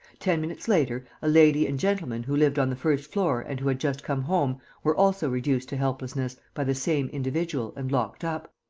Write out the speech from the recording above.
ten minutes later a lady and gentleman who lived on the first floor and who had just come home were also reduced to helplessness by the same individual and locked up,